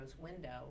window